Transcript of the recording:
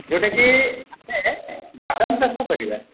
ଯେଉଁଟାକି ଆମେ ବାଦାମ ଚାଷ କରିବା